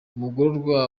umugororwa